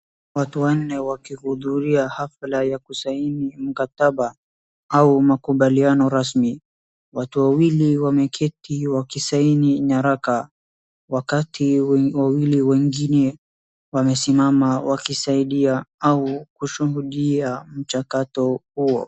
Watu wanne wakihudhuria hafla ya kusaini mkataba au makubaliano rasmi. Watu wawili wameketi wakisaini nyaraka wakati wawili wengine wamesimama wakisaidia au kushuhudia mchakato huo.